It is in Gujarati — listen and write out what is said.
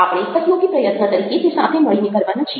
આપણે સહયોગી પ્રયત્ન તરીકે તે સાથે મળીને કરવાના છીએ